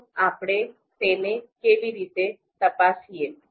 તો આપણે તેને કેવી રીતે તપાસીએ